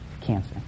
cancer